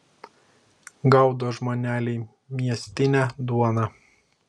gaudo žmoneliai miestinę duoną